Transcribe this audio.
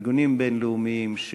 מארגונים בין-לאומיים,